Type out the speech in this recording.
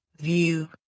view